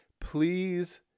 please